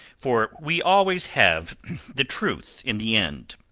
for we always have the truth in the end.